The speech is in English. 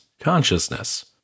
consciousness